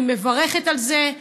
אני מברכת על זה.